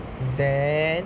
then